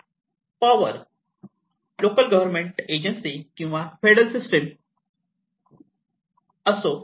power local government agency किंवा federal system असो